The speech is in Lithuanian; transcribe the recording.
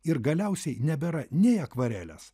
ir galiausiai nebėra nei akvarelės